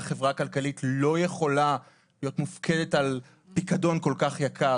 חברה כלכלית לא יכולה להיות מופקדת על פיקדון כל כך יקר.